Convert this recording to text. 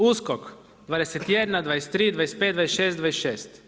USKOK 21, 23, 25, 26, 26.